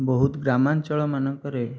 ବହୁତ ଗ୍ରାମାଞ୍ଚଳମାନଙ୍କରେ